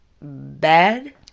bad